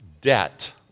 debt